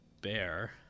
bear